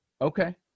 Okay